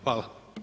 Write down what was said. Hvala.